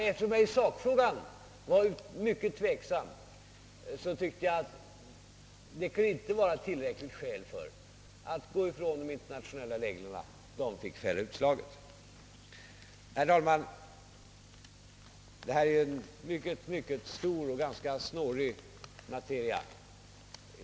Eftersom jag i sakfrågan var mycket tveksam fann jag inte tillräckliga skäl för att gå ifrån de internationella reglerna. De fick fälla utslaget. Herr talman! Detta är ju en mycket stor och ganska snårig materia.